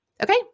Okay